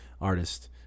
artist